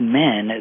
men